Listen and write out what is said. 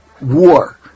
war